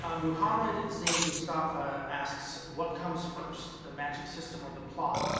muhammad zaid mustafa asks, what comes first, the magic system or the plot.